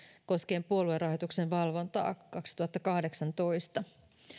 koskien puoluerahoituksen valvontaa kaksituhattakahdeksantoista